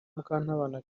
mukantabana